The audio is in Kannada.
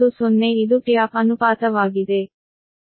90 ಇದು ಟ್ಯಾಪ್ ಅನುಪಾತವಾಗಿದೆ